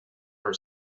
her